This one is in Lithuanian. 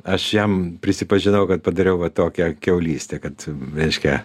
aš jam prisipažinau kad padariau va tokią kiaulystę kad reiškia